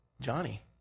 Johnny